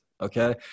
okay